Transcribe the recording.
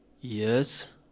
Yes